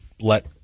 let